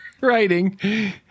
writing